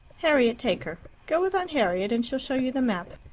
harriet, take her go with aunt harriet, and she'll show you the map.